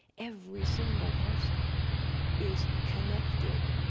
every single person is connected